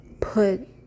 put